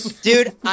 Dude